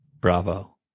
bravo